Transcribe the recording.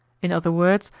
in other words,